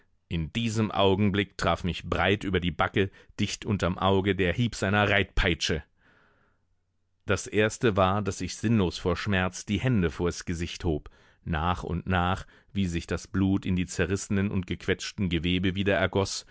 in diesem augenblick traf mich breit über die backe dicht unterm auge der hieb seiner reitpeitsche das erste war daß ich sinnlos vor schmerz die hände vors gesicht hob nach und nach wie sich das blut in die zerrissenen und gequetschten gewebe wieder ergoß